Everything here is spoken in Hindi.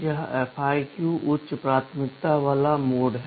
यह FIQ उच्च प्राथमिकता वाला मोड है